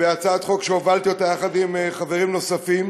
בהצעת חוק שהובלתי יחד עם חברים נוספים,